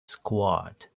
squad